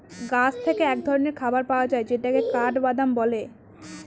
গাছ থেকে এক ধরনের খাবার পাওয়া যায় যেটাকে কাঠবাদাম বলে